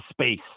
space